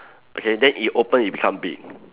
okay then if open it become big